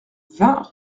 vingt